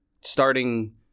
starting